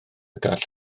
gall